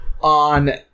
On